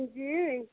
अंजी